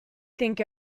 think